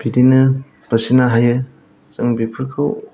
बिदिनो फिसिनो हायो जों बेफोरखौ